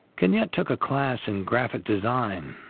kenyette took a class in graphic design,